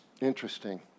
Interesting